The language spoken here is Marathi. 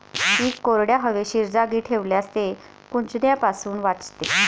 पीक कोरड्या, हवेशीर जागी ठेवल्यास ते कुजण्यापासून वाचते